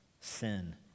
sin